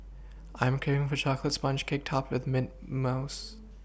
I'm craving for a chocolate sponge cake topped with mint mousse